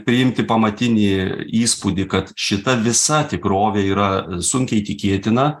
priimti pamatinį įspūdį kad šita visa tikrovė yra sunkiai tikėtina